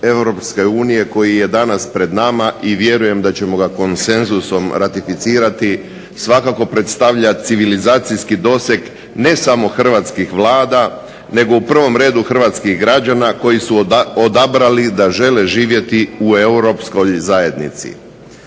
europske unije koji je danas pred nama i vjerujem da ćemo ga konsenzusom ratificirati svakako predstavlja civilizacijski doseg ne samo hrvatskih vlada nego u prvom redu hrvatskih građana koji su odabrali da žele živjeti u europskoj zajednici.